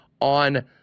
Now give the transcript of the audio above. On